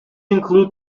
include